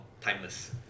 timeless